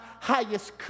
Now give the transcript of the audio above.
highest